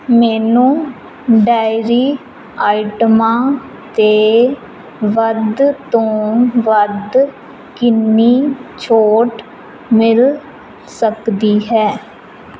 ਮੈਨੂੰ ਡੇਅਰੀ ਆਈਟਮਾਂ 'ਤੇ ਵੱਧ ਤੋਂ ਵੱਧ ਕਿੰਨੀ ਛੋਟ ਮਿਲ ਸਕਦੀ ਹੈ